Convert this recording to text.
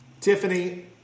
Tiffany